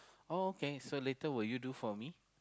oh okay so later will you do for me